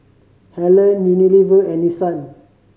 Helen Unilever and Nissan